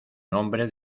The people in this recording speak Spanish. nombre